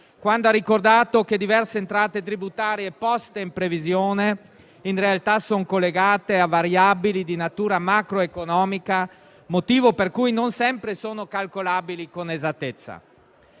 quando ha ricordato che diverse entrate tributarie poste in previsione in realtà sono collegate a variabili di natura macroeconomica, motivo per cui non sempre sono calcolabili con esattezza.